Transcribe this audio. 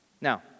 Now